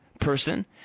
person